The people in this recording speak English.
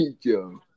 Yo